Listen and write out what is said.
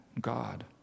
God